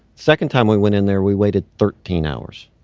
second time we went in there, we waited thirteen hours.